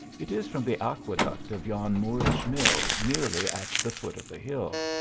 it is from the aqueduct of yon moorish mill nearly at the foot of the hill.